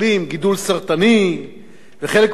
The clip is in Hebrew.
וחלק מהמתנחלים הם בכלל "מתנחבלים",